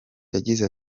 yagize